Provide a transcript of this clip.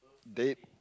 date